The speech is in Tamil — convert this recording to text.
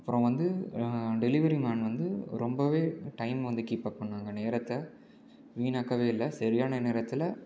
அப்புறோம் வந்து டெலிவரி மேன் வந்து ரொம்பவே டைம் வந்து கீப்பப் பண்ணிணாங்க நேரத்தை வீணாக்கவே இல்லை சரியான நேரத்தில்